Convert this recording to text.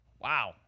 Wow